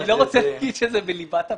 אני לא רוצה לומר שזה בליבת הפיקוח,